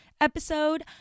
episode